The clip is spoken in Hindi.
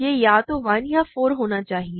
यह या तो 1 या 4 होना चाहिए